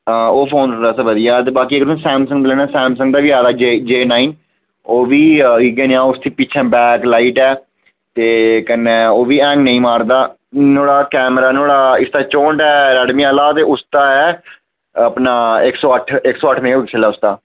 ओह् फोन बैसे बधिया ऐ ते बाकी तुसें सैमसंग दा लैना ते सैमसंग दा बी ऐ जे नाइन ओह् बी इ'यै नेआ ओह्दे पिच्छे बैक लाइट ऐ ते कन्नै ओह् बी हैंग नेईं मारदा ते नोआड़ा कैमरा रैडमिं आह्ला कैमरा चौंठ ऐ ते एह्दा इक सौ अट्ठ मैगा पिक्सल ऐ